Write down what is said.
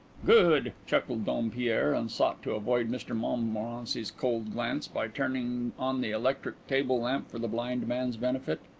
good! chuckled dompierre, and sought to avoid mr montmorency's cold glance by turning on the electric table-lamp for the blind man's benefit.